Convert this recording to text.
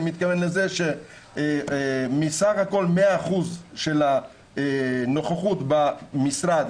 אני מתכוון לזה שמסך הכול 100% של הנוכחות במשרד,